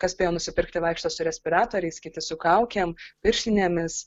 kas spėjo nusipirkti vaikšto su respiratoriais kiti su kaukėmis pirštinėmis